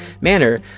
manner